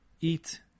eat